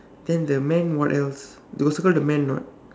then the man what else you got circle the man or not